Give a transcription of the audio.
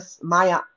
Maya